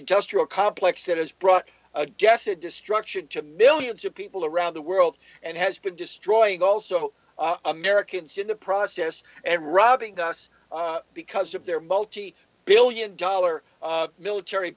industrial complex that has brought a desa destruction to millions of people around the world and has been destroying also americans in the process and robbing us because of their multi billion dollar military